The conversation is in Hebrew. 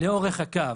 לאורך הקו.